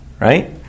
Right